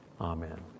Amen